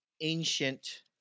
ancient